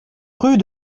rue